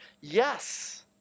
Yes